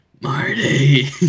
Marty